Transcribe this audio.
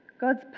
God's